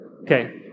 Okay